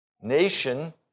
Nation